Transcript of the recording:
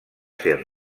ser